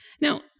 Now